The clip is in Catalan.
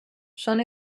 són